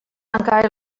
tancar